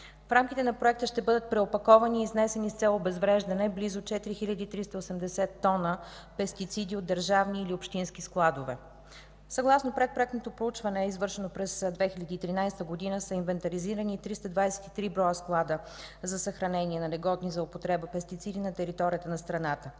В рамките на проекта ще бъдат преопаковани и изнесени с цел обезвреждане близо 4 хил. 380 тона пестициди от държавни или общински складове. Съгласно предпроектното проучване, извършено през 2013 г., са инвентаризирани 323 склада за съхранение на негодни за употреба пестициди на територията на страната.